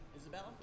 Isabella